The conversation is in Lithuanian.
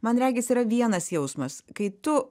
man regis yra vienas jausmas kai tu